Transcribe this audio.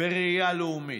בראייה לאומית.